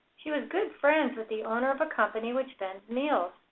she was good friends with the owner of a company which vends meals.